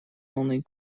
only